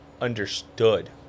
understood